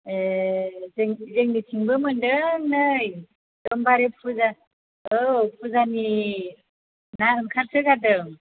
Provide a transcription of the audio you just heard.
ए जोंनिथिंबो मोनदों नै औ फुजानि ना ओंखारसो गारदों